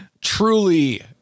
truly